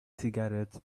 cigarettes